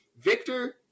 Victor